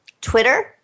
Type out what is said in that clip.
Twitter